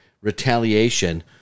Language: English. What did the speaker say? retaliation